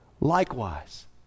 likewise